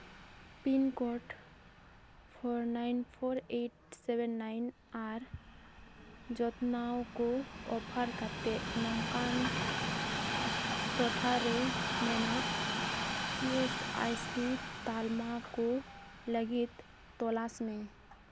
pin code four nine four eight seven nine ᱟᱨ ᱡᱚᱛᱱᱟᱣ ᱠᱚ ᱚᱯᱷᱟᱨ ᱠᱟᱛᱮ ᱱᱚᱝᱠᱟᱱ ᱴᱚᱴᱷᱟᱨᱮ ᱢᱮᱱᱟᱜ ᱤ ᱮᱥ ᱟᱭ ᱥᱤ ᱛᱟᱞᱢᱟ ᱠᱚ ᱞᱟᱹᱜᱤᱫ ᱛᱚᱞᱟᱥ ᱢᱮ